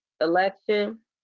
election